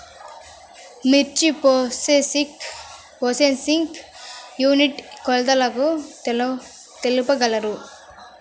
మిర్చి processing unit కి కొలతలు తెలుపగలరు?